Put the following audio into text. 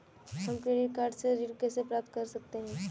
हम credit card से ऋण कैसे प्राप्त कर सकते हैं?